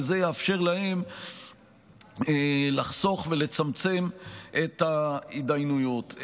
וזה יאפשר להם לחסוך ולצמצם את ההתדיינויות.